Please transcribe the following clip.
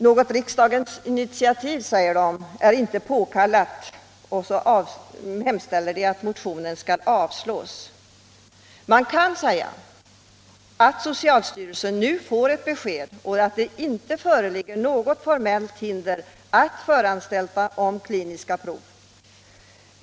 Något riksdagens initiativ är f.n. inte påkallat, säger utskottet, som hemställer att motionen avslås. Man kan ju säga att socialstyrelsen här får ett besked, nämligen att det inte föreligger något formellt hinder att föranstalta om kliniska prov.